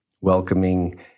welcoming